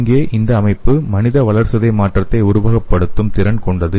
இங்கே இந்த அமைப்பு மனித வளர்சிதை மாற்றத்தை உருவகப்படுத்தும் திறன் கொண்டது